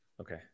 Okay